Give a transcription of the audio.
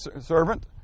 servant